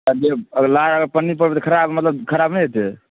आ जे अगिला पन्नीपर खराब मतलब खराब नहि हेतै